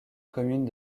commune